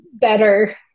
better